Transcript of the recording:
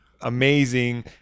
amazing